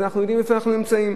אז אנחנו יודעים איפה אנחנו נמצאים.